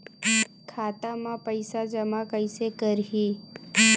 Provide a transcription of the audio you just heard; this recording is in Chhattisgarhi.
खाता म पईसा जमा कइसे करही?